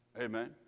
Amen